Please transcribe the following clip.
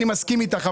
אני מסכים איתך.